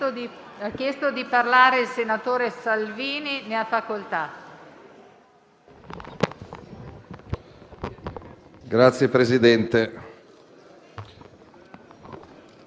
a parlare il senatore Magorno. Ne ha facoltà.